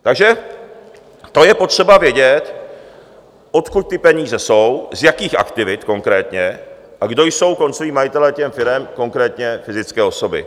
Takže to je potřeba vědět, odkud ty peníze jsou, z jakých aktivit konkrétně, a kdo jsou koncoví majitelé těch firem, konkrétní fyzické osoby.